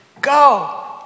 go